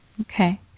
Okay